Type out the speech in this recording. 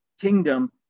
kingdom